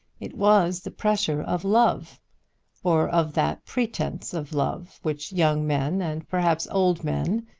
it was the pressure of love or of that pretence of love which young men, and perhaps old men,